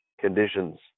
conditions